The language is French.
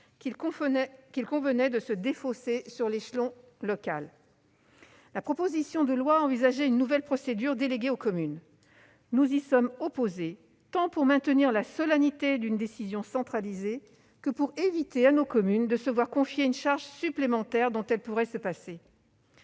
qu'il convenait de se défausser sur l'échelon local. La proposition de loi envisageait une nouvelle procédure, déléguée aux communes. Nous nous y sommes opposés, tant pour maintenir la solennité d'une décision centralisée que pour éviter à nos communes de se voir confier une charge supplémentaire dont elles pourraient se passer.